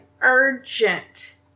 urgent